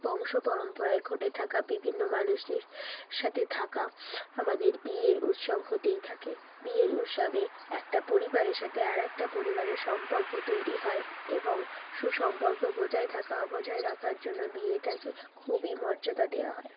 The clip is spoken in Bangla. বংশপরম্পরায় ঘটে থাকা বিভিন্ন মানুষের সাথে থাকা আমাদের বিয়ের উৎসব হতেই থাকে বিয়ের উৎসবে একটা পরিবারের সাথে আর একটা পরিবারের সম্পর্ক তৈরি হয় এবং সুসম্পর্ক বজায় থাকা বজায় রাখার জন্য বিয়েটাকে খুবই মর্যাদা দেওয়া হয়